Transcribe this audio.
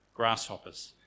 grasshoppers